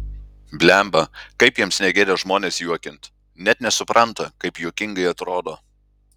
blemba kaip jiems negėda žmones juokint net nesupranta kaip juokingai atrodo